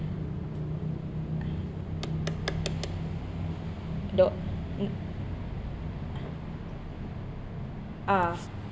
the mm ah